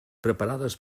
preparades